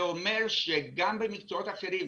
זה אומר שגם במקצועות אחרים,